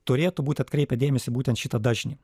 turėtų būt atkreipę dėmesį į būtent šitą dažnį